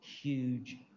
huge